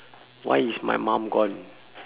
why is my mum gone